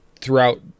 throughout